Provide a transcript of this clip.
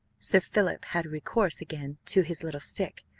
sir philip had recourse again to his little stick,